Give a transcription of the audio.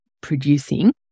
producing